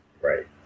Right